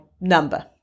number